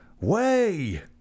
Way